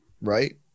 right